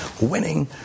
winning